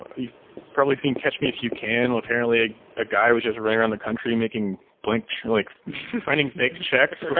you've probably seen catch me if you can. apparently, a guy was just run around the country making blank like writing fake checks right.